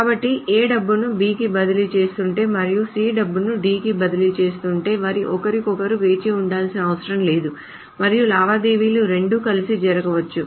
కాబట్టి A డబ్బును B కి బదిలీ చేస్తుంటే మరియు C డబ్బును D కి బదిలీ చేస్తుంటే వారు ఒకరికొకరు వేచి ఉండాల్సిన అవసరం లేదు మరియు లావాదేవీలు రెండూ కలిసి జరగవచ్చు